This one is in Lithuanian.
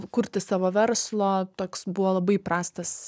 kurti savo verslo toks buvo labai prastas